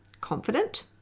confident